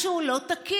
משהו לא תקין.